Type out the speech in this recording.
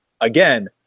Again